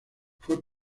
fue